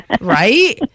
right